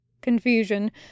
Confusion